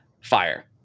Fire